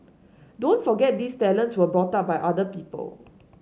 don't forget these talents were brought up by other people